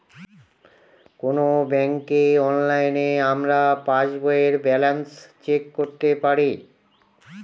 কোনো ব্যাঙ্কে অনলাইনে আমরা পাস বইয়ের ব্যালান্স চেক করতে পারি